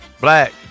Black